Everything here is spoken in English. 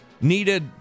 Needed